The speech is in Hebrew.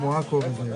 37001, משרד התיירות.